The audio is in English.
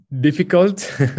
difficult